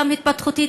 גם התפתחותית,